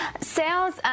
Sales